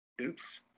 Oops